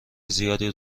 زیادی